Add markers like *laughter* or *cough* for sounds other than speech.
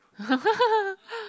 *laughs*